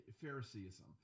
Phariseeism